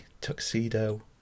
tuxedo